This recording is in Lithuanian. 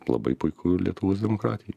labai puiku ir lietuvos demokratijai